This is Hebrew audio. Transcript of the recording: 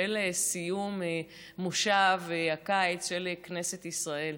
של סיום מושב הקיץ של כנסת ישראל,